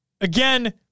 again